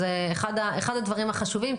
זה אחד הדברים החשובים,